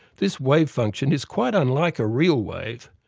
this wave function is quite unlike a real wave,